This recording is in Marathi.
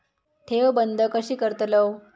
ठेव बंद कशी करतलव?